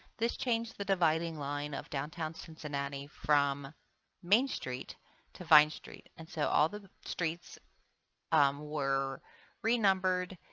this changed the dividing line of downtown cincinnati from main street to vine street and so all the streets were renumbered,